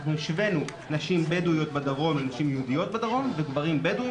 השווינו נשים בדואיות בדרום לנשים יהודיות בדרום וגברים בדואים